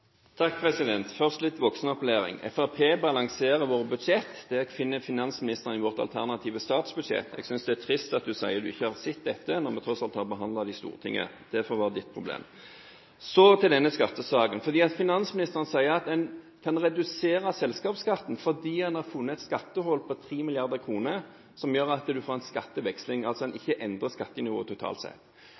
det finner finansministeren i vårt alternative statsbudsjett. Jeg synes det er trist at du sier du ikke har sett dette, når vi tross alt har behandlet dette i Stortinget, men det får være ditt problem. Så til denne skattesaken: Finansministeren sier at han reduserer selskapsskatten fordi han har funnet et skattehull på 3 mrd. kr som gjør at en får en skatteveksling, altså at en ikke endrer skattenivået totalt.